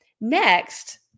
Next